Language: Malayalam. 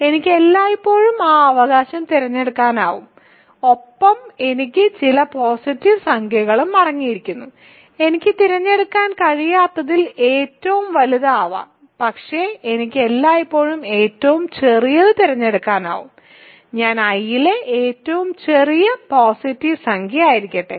എനിക്ക് എല്ലായ്പ്പോഴും ആ അവകാശം തിരഞ്ഞെടുക്കാനാകും ഒപ്പം എനിക്ക് ചില പോസിറ്റീവ് സംഖ്യകളും അടങ്ങിയിരിക്കുന്നു എനിക്ക് തിരഞ്ഞെടുക്കാൻ കഴിയാത്തതിൽ ഏറ്റവും വലുത് ആകാം പക്ഷേ എനിക്ക് എല്ലായ്പ്പോഴും ഏറ്റവും ചെറിയത് തിരഞ്ഞെടുക്കാനാകും ഞാൻ I ലെ ഏറ്റവും ചെറിയ പോസിറ്റീവ് സംഖ്യയായിരിക്കട്ടെ